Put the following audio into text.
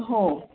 हो